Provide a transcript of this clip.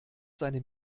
seine